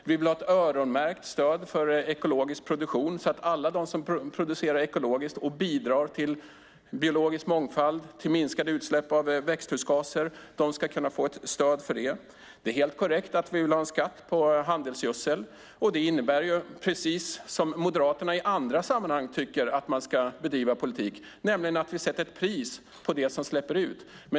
Vi vill ha ett öronmärkt stöd för ekologisk produktion, så att alla som producerar ekologiskt och bidrar till biologisk mångfald och minskade utsläpp av växthusgaser ska kunna få ett stöd för det. Det är helt korrekt att vi vill ha en skatt på handelsgödsel. Det innebär, precis som Moderaterna i andra sammanhang tycker att man ska bedriva politik, nämligen att vi sätter ett pris på dem som släpper ut.